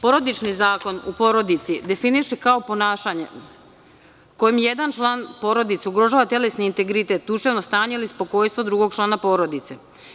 Porodični zakon nasilje u porodici definiše kao ponašanje kojim jedan član porodice ugrožava telesni integritet, duševno stanje ili spokojstvo drugog člana porodice.